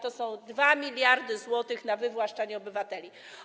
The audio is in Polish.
To są 2 mld zł na wywłaszczanie obywateli.